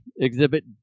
Exhibit